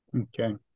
Okay